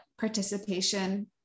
participation